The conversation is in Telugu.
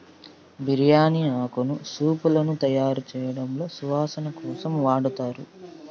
బిర్యాని ఆకును సూపులను తయారుచేయడంలో సువాసన కోసం వాడతారు